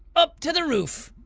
up to the roof,